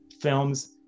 films